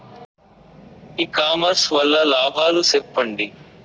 ఇ commerce వల్ల లాభాలు సెప్పండి?